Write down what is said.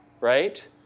right